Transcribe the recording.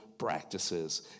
practices